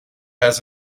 has